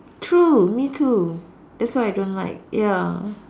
true me too that's why I don't like ya